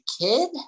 kid